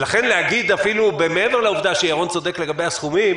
לכן מעבר לעובדה שירון גינדי צודק לגבי הסכומים,